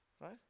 Right